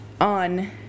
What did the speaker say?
on